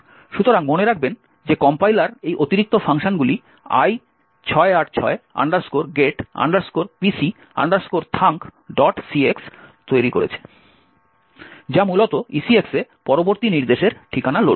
সুতরাং মনে রাখবেন যে কম্পাইলার এই অতিরিক্ত ফাংশনগুলি i686 get pc thunkcx তৈরি করেছে যা মূলত ECX এ পরবর্তী নির্দেশের ঠিকানা লোড করে